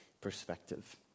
perspective